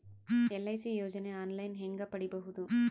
LIC ಯೋಜನೆ online ಹೇಂಗ ಪಡಿಬಹುದು?